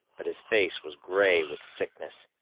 but his face was gray with sickness.